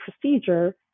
procedure